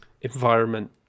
environment